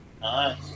Nice